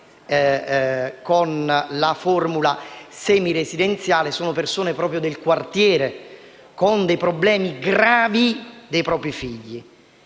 con la formula semiresidenziale sono provenienti dal quartiere, con problemi gravi per i propri figli.